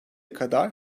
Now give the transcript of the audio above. kadar